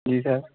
जी sir